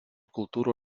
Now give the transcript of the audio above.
kultūrų